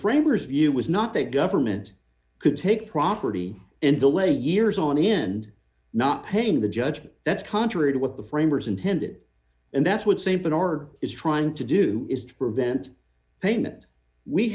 framers view was not that government could take property and delay years on end not paying the judgment that's contrary to what the framers intended and that's what saint bernard is trying to do is to prevent payment we